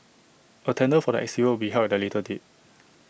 A tender for the exterior will be held at A later date